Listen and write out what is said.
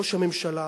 ראש הממשלה